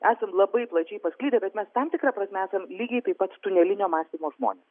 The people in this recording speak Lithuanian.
esam labai plačiai pasklidę bet mes tam tikra prasme esam lygiai taip pat tunelinio mąstymo žmonės